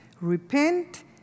repent